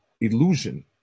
illusion